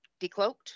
decloaked